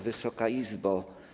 Wysoka Izbo!